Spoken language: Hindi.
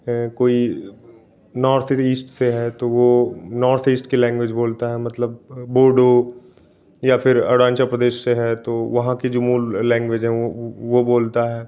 कोई नॉर्थ ईस्ट से है तो वो नॉर्थ ईस्ट की लैंग्वेज बोलता है मतलब बोड़ो या अरुणाचल प्रदेश से है तो वहाँ की जो मूल लैंग्वेज वो बोलता है